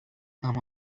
اما